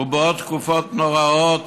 ובעוד תקופות נוראות,